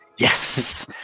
Yes